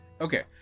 Okay